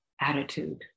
attitude